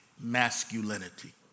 masculinity